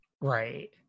right